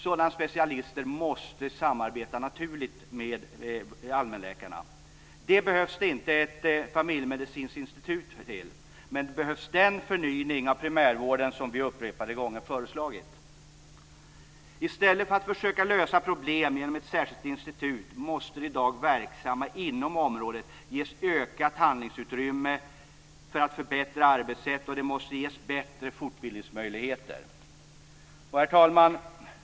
Sådana specialister måste samarbeta naturligt med allmänläkarna. Det behövs det inte ett familjemedicinskt institut till. Men det behövs den förnyelse av primärvården som vi upprepade gånger föreslagit. I stället för att försöka lösa problem genom ett särskilt institut måste de i dag verksamma inom området ges ökat handlingsutrymme för att förbättra arbetssätt, och det måste ges bättre fortbildningsmöjligheter. Herr talman!